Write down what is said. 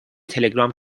تلگرام